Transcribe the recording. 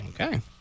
Okay